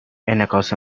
انعکاس